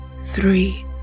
three